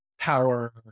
power